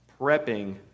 prepping